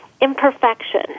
imperfection